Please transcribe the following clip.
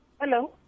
Hello